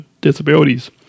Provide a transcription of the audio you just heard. disabilities